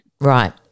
Right